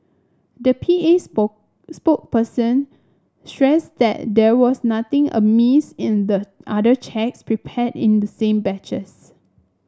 the P A spoke spokesperson stressed that there was nothing amiss in the other cheques prepared in the same batches